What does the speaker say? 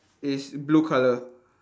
is blue colour